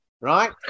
Right